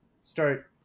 start